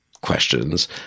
questions